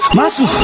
Masu